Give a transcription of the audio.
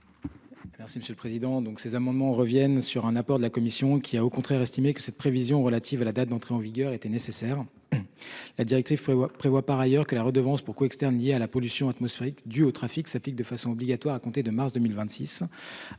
Merci Monsieur le Président. Donc ces amendements revienne sur un accord de la commission qui a au contraire estimé que cette prévision relatives à la date d'entrée en vigueur était nécessaire. La directive prévoit que prévoit par ailleurs que la redevance pourquoi externes lié à la pollution atmosphérique due au trafic s'applique de façon obligatoire à compter de mars 2026.